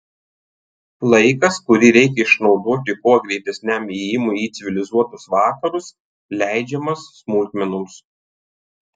laikas kurį reikia išnaudoti kuo greitesniam ėjimui į civilizuotus vakarus leidžiamas smulkmenoms